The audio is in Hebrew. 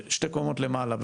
שתי קומות למעלה,